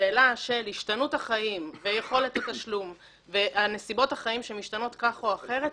בשאלה של השתנות החיים ויכולת התשלום ונסיבות החיים שמשתנות כך או אחרת,